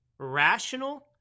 Rational